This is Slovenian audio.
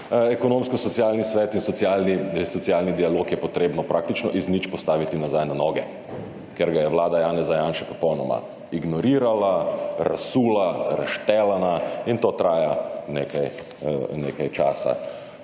Ekonomsko-socialni svet in socialni dialog je potrebno praktično iz nič postaviti nazaj na noge, ker ga je Vlada Janeza Janše popolnoma ignorirala, razsula, razštelala in to traja nekaj časa.